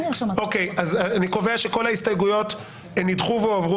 אני קובע שכל ההסתייגויות נדחו והועברו